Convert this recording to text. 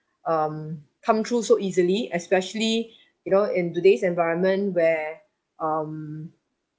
um come true so easily especially you know in today's environment where um